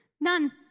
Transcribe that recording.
none